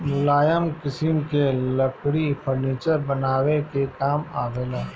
मुलायम किसिम के लकड़ी फर्नीचर बनावे के काम आवेला